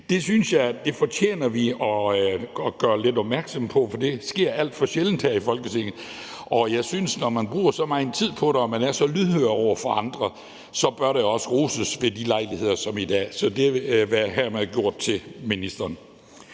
Det synes jeg fortjener, at vi gør lidt opmærksom på det, for det sker alt for sjældent her i Folketinget, og jeg synes, at når man bruger så meget tid på det og man er så lydhør over for andre, så bør det også roses ved lejligheder som i dag. Så det vil hermed være gjort til ministeren.